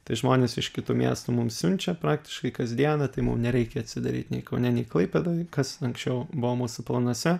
tai žmonės iš kitų miestų mums siunčia praktiškai kasdieną tai mum nereikia atsidaryt nei kaune nei klaipėdoj kas anksčiau buvo mūsų planuose